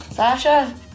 Sasha